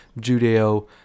Judeo